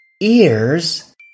Ears